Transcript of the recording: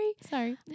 Sorry